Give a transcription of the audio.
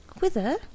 Whither